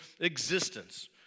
existence